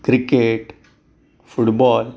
cricket football